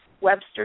Webster